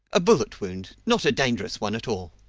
a bullet wound not a dangerous one at all.